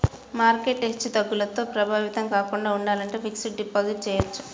market హెచ్చుతగ్గులతో ప్రభావితం కాకుండా ఉండాలంటే ఫిక్స్డ్ డిపాజిట్ చెయ్యొచ్చు